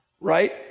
right